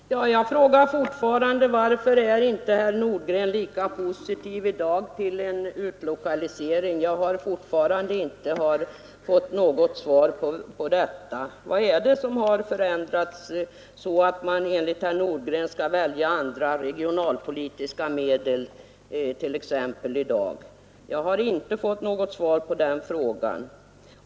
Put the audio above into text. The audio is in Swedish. Herr talman! Jag frågar fortfarande varför herr Nordgren inte är lika positiv till en utlokalisering i dag som tidigare. Jag har fortfarande inte fått något svar. Vad är det som har förändrats så att man enligt herr Nordgren i dag bör välja andra regionalpolitiska medel? Jag har inte fått svar på den frågan.